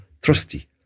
trusty